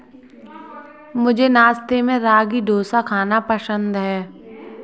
मुझे नाश्ते में रागी डोसा खाना पसंद है